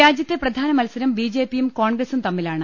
രാജ്യത്തെ പ്രധാന മത്സരം ബി ജെ പിയും കോൺഗ്രസും തമ്മിലാണ്